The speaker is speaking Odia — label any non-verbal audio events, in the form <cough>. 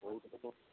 <unintelligible>